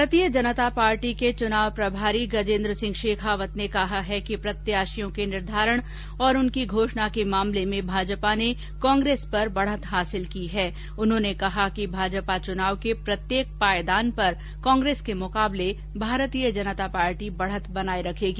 भारतीय जनता पार्टी की चुनाव प्रभारी गजेंद्र सिंह शेखावत ने कहा है कि प्रत्याषियों के निर्धारण और उनकी घोषणा के मामले में भाजपा ने कांग्रेस पर बढत हासिल की है और भाजपा चुनाव के प्रत्येक पायदान पर कांग्रेस के मुकाबले बढत बनाये रखेगी